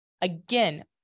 Again